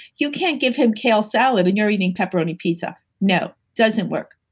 you can't give him kale salad and you're eating pepperoni pizza. no. doesn't work.